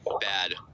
bad